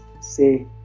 say